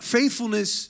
Faithfulness